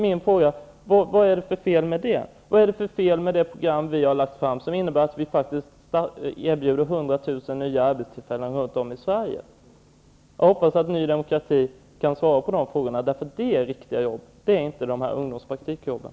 Min fråga är då: Vad är det för fel med det program vi har lagt fram, som innebär att vi erbjuder 100 000 nya arbetstillfällen runt om i Sverige? Jag hoppas att Ny demokrati kan svara på den frågan. Det är riktiga jobb, men det är inte ungdomspraktiken.